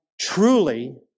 truly